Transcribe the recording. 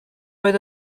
oedd